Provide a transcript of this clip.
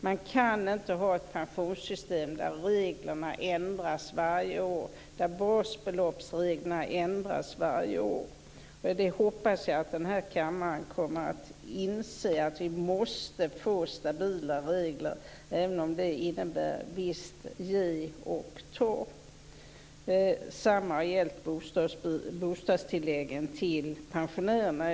Man kan inte ha ett pensionssystem där reglerna ändras varje år, där basbeloppsreglerna ändras varje år. Det hoppas jag att denna kammare kommer att inse; att vi måste få stabila regler även om det innebär ett visst "ge och ta". Detsamma har gällt bostadstilläggen till pensionärerna.